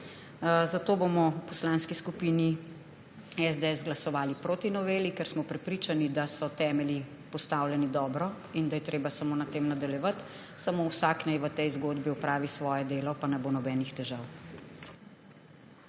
Zato bomo v Poslanski skupini SDS glasovali proti noveli, ker smo prepričani, da so temelji postavljeni dobro in da je treba samo na tem nadaljevati, samo vsak naj v tej zgodbi opravi svoje delo, pa ne bo nobenih težav.